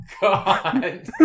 god